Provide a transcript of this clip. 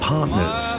Partners